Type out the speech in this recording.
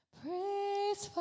praise